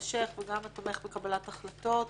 מתמשך וגם התומך בקבלת החלטות.